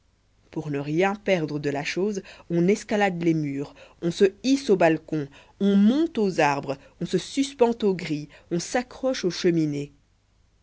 pour ne rien perdre de la chose on escalade les murs on se hisse aux balcons on monte aux arbres on se suspend aux grilles on s'accroche aux cheminées